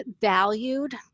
valued